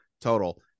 total